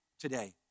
today